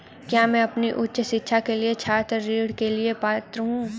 क्या मैं अपनी उच्च शिक्षा के लिए छात्र ऋण के लिए पात्र हूँ?